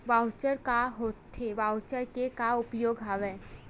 Voucher का होथे voucher के का उपयोग हवय?